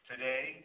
Today